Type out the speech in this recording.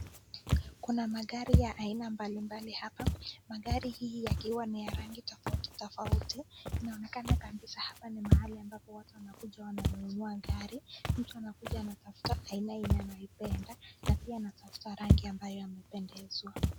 Kuna magari ya aina mbali mbali hapa , magari hii yakiwa ni ya rangi tofauti tofauti , inaonekana kabisaa hapa ni mahali ambapo watu wanakuja wananunua gari, mtu anakuja anatafuta aina yenye anaipenda na pia anatafuta rangi ambayo amependezwa.